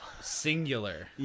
singular